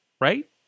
right